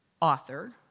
author